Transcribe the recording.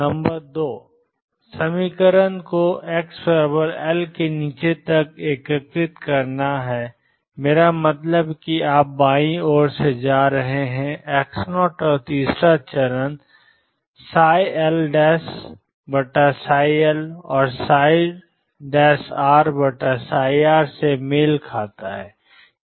number 2 समीकरण को xL से नीचे तक एकीकृत करता है मेरा मतलब है कि आप बाईं ओर जा रहे हैं x0 और तीसरा चरण LL और RR से मेल खाता था